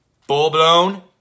full-blown